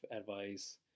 advice